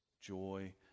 joy